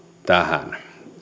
tähän